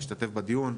השתתף בדיון,